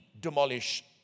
demolish